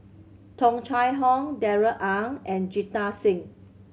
Tung Chye Hong Darrell Ang and Jita Singh